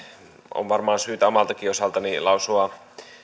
on varmaan syytä omaltakin osalta lausua